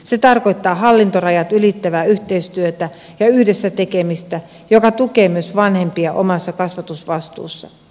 se tarkoittaa hallintorajat ylittävää yhteistyötä ja yhdessä tekemistä joka tukee myös vanhempia omassa kasvatusvastuussa